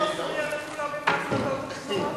הוא מפריע לכולם עם ההחלטות האלה.